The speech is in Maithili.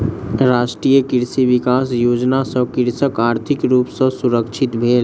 राष्ट्रीय कृषि विकास योजना सॅ कृषक आर्थिक रूप सॅ सुरक्षित भेल